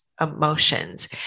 emotions